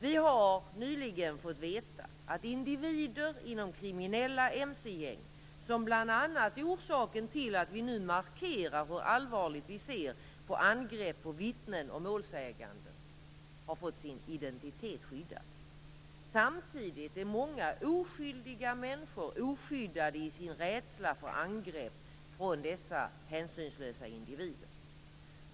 Vi har nyligen fått veta att individer inom kriminella mcgäng, som bl.a. är orsaken till att vi nu markerar hur allvarligt vi ser på angrepp på vittnen och målsäganden, har fått sin identitet skyddad. Samtidigt är många oskyldiga människor oskyddade i sin rädsla för angrepp från dessa hänsynslösa individer.